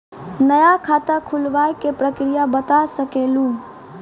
नया खाता खुलवाए के प्रक्रिया बता सके लू?